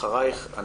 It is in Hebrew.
אחרייך,